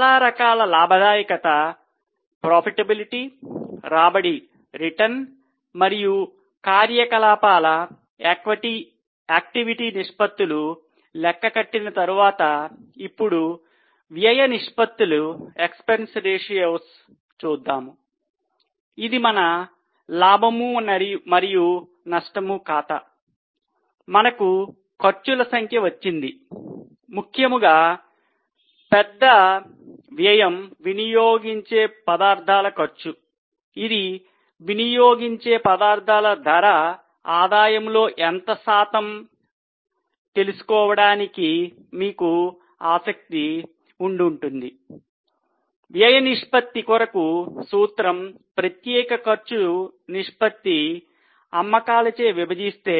చాలా రకాల లాభదాయకత కొరకు సూత్రం ప్రత్యేక ఖర్చు నిష్పత్తి అమ్మకాలచే విభజిస్తే